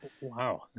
wow